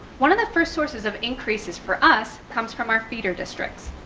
one of the first sources of increases for us, comes from our feeder districts.